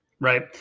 Right